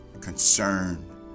concern